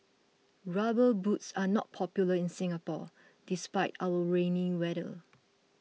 rubber boots are not popular in Singapore despite our rainy weather